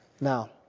Now